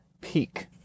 peak